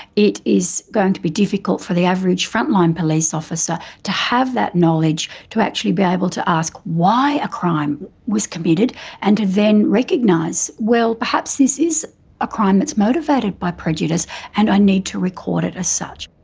it is going to be difficult for the average frontline police officer to have that knowledge to actually be able to ask why a crime was committed and to then recognise well perhaps this is a crime that's motivated by prejudice and i need to record it as such.